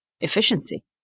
Efficiency